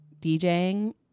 djing